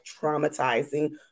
traumatizing